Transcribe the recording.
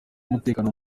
w’umutekano